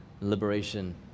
liberation